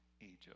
Egypt